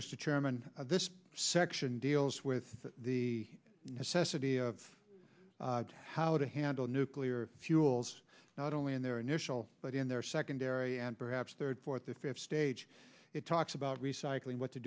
chairman this section deals with the necessity of how to handle nuclear fuels not only in their initial but in their secondary and perhaps third fourth the fifth stage it talks about recycling what to